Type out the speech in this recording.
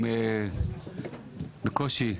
בקושי,